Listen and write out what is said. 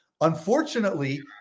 Unfortunately